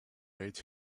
red